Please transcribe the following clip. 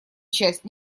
часть